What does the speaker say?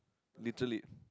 literally